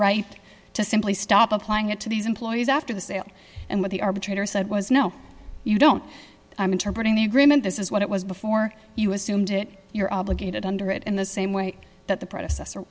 right to simply stop applying it to these employees after the sale and what the arbitrator said was no you don't i'm interpreting the agreement this is what it was before you assumed it you're obligated under it in the same way that the predecessor